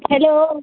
hello